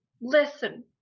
listen